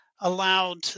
allowed